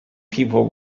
people